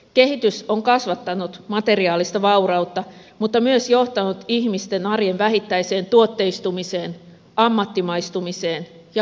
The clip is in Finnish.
kehitys on kasvattanut materiaalista vaurautta mutta myös johtanut ihmisten arjen vähittäiseen tuotteistumiseen ammattimaistumiseen ja kaupallistumiseen